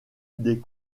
des